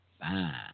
fine